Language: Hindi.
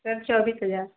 सर चौबीस हज़ार